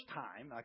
time